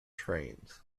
trains